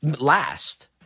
last